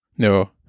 No